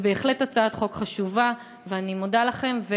זו בהחלט הצעת חוק חשובה, ואני מודה לכם.